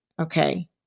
Okay